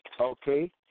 Okay